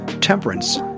temperance